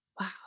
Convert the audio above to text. Wow